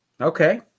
Okay